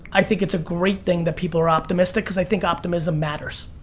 i think it's a great thing that people are optimistic because i think optimism matters.